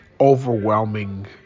overwhelming